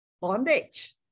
bondage